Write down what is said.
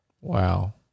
Wow